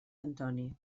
antoni